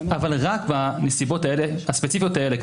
אבל רק בנסיבות הספציפיות האלה,